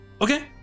Okay